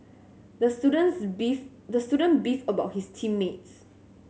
the student's beef the student beefed about his team mates